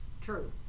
True